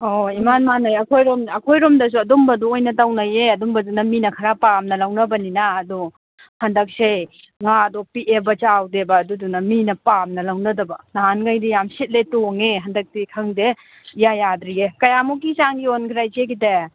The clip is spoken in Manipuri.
ꯑꯍꯣꯏ ꯏꯃꯥꯟ ꯃꯥꯟꯅꯩ ꯑꯩꯈꯣꯏꯔꯣꯝꯗꯁꯨ ꯑꯗꯨꯒꯨꯝꯕꯗꯨ ꯑꯣꯏꯅ ꯇꯧꯅꯩꯌꯦ ꯑꯗꯨꯒꯨꯝꯕꯗꯨꯅ ꯃꯤꯅ ꯈꯔ ꯄꯥꯝꯅ ꯂꯧꯅꯕꯅꯤꯅ ꯑꯗꯣ ꯍꯟꯗꯛꯁꯦ ꯉꯥꯗꯣ ꯄꯤꯛꯑꯦꯕ ꯆꯥꯎꯗꯦꯕ ꯑꯗꯨꯗꯨꯅ ꯃꯤꯅ ꯄꯥꯝꯅ ꯂꯧꯅꯗꯕ ꯅꯍꯥꯟꯒꯩꯗꯤ ꯌꯥꯝ ꯁꯤꯠꯂꯦ ꯇꯣꯡꯉꯦ ꯍꯟꯗꯛꯇꯤ ꯈꯪꯗꯦ ꯏꯌꯥ ꯌꯥꯗ꯭ꯔꯤꯌꯦ ꯀꯌꯥꯝꯃꯨꯛꯀꯤ ꯆꯥꯡ ꯌꯣꯟꯈ꯭ꯔꯦ ꯏꯆꯦꯒꯤꯗꯤ